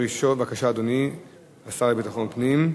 אדוני השר לביטחון פנים,